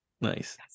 Nice